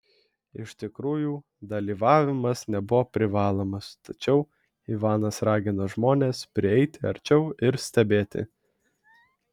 iš tikrųjų dalyvavimas nebuvo privalomas tačiau ivanas ragino žmones prieiti arčiau ir stebėti